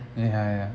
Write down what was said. ya ya